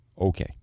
okay